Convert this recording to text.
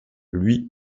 lui